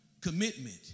Commitment